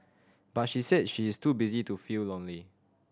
but she said she is too busy to feel lonely